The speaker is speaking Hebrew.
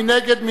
מי נגד?